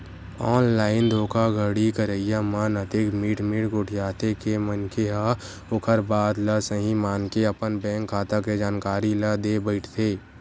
online धोखाघड़ी करइया मन अतेक मीठ मीठ गोठियाथे के मनखे ह ओखर बात ल सहीं मानके अपन अपन बेंक खाता के जानकारी ल देय बइठथे